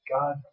God